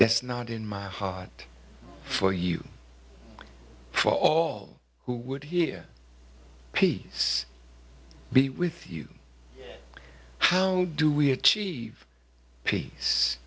that's not in my heart for you for all who would hear peace be with you how do we achieve peace